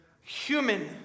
human